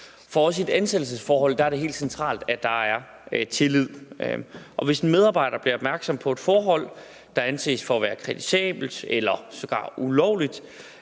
For også i et ansættelsesforhold et det helt centralt, at der er tillid, og hvis en medarbejder bliver opmærksom på et forhold, der anses for at være kritisabelt eller sågar ulovligt,